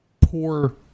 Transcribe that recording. poor